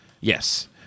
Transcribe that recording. Yes